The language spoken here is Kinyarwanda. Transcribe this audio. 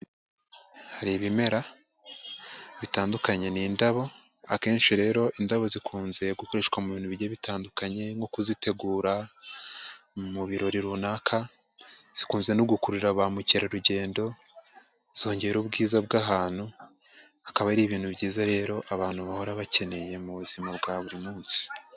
Hari ibimera bitandukanye ni indabo, akenshi rero indabo zikunze gukoreshwa mu bintu bigiye bitandukanye nko kuzitegura mu birori runaka, zikunze no gukurura ba mukerarugendo, zongera ubwiza bw'ahantu, akaba ari ibintu byiza rero abantu bahora bakeneye mu buzima bwa buri munsi.